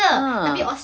ah